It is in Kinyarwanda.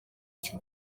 iki